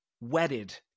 wedded